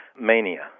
mania